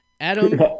Adam